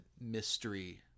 mystery